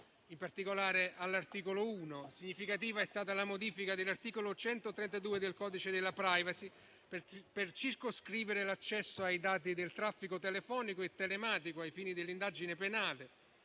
in particolare all'articolo 1. Significativa è stata la modifica dell'articolo 132 del codice in materia di protezione dei dati personali per circoscrivere l'accesso ai dati del traffico telefonico e telematico ai fini dell'indagine penale,